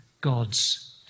God's